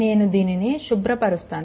నేను దీనిని శుభ్రపరుస్తాను